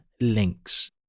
links